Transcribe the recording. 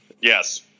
Yes